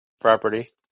property